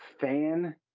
fan